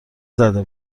زده